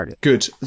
Good